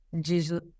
Jesus